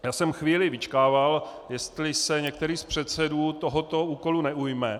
Já jsem chvíli vyčkával, jestli se některý z předsedů tohoto úkolu neujme.